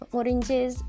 oranges